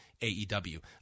AEW